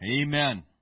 Amen